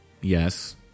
yes